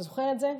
אתה זוכר את זה,